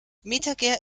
metager